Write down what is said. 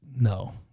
No